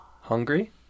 Hungry